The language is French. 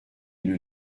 une